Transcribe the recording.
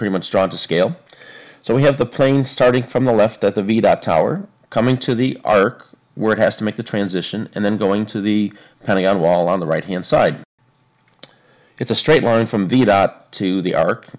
pretty much drawn to scale so we have the playing starting from the left at the v that tower coming to the arc where it has to make the transition and then going to the pentagon wall on the right hand side it's a straight line from the dot to the arc